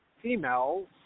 females